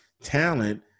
talent